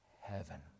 heaven